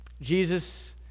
Jesus